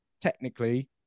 technically